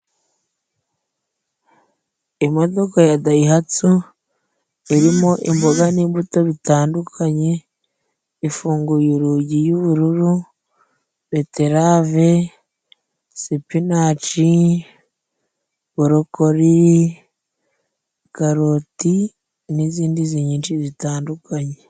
Imodoka ya dayihatsu irimo: imboga n'imbuto bitandukanye, ifunguye urugi y'ubururu, beterave, sipinaci, borokori, karoti, n'zindi nyinshi zitandukanye.